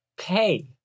pay